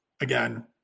again